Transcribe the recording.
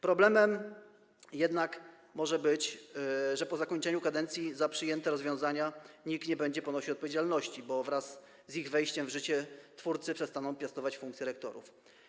Problemem jednak może być to, że po zakończeniu kadencji za przyjęte rozwiązania nikt nie będzie ponosił odpowiedzialności, bo wraz z ich wejściem w życie twórcy przestaną piastować funkcje rektorów.